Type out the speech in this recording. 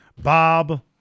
Bob